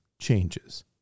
changes